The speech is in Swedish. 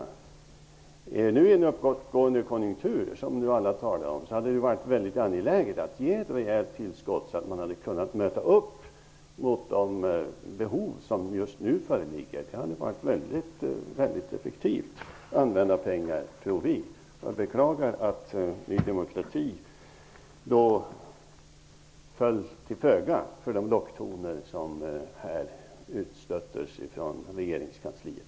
Nu har vi en uppåtgående konjunktur som alla talar om. Därför hade det varit väldigt angeläget med ett rejält tillskott så att man hade kunnat möta de behov som just nu föreligger. Det hade, tror vi, varit väldigt effektivt använda pengar. Jag beklagar att Ny demokrati föll till föga för de locktoner som här utstöttes från regeringskansliet.